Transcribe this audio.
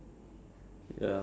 oh